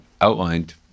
outlined